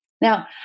Now